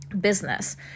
business